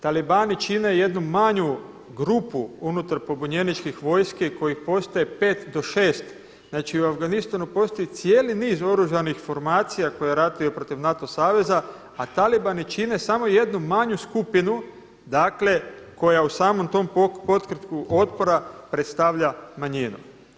Talibani čine jednu manju grupu unutar pobunjeničke vojske koji postoji 5 do 6. znači u Afganistanu postoji cijeli niz oružanih formacija koje ratuju protiv NATO saveza, a talibani čine samo jednu manju skupinu koja u samom tom pokretu otpora predstavlja manjinu.